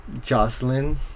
jocelyn